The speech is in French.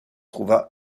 trouva